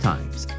Times